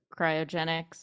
cryogenics